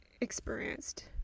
experienced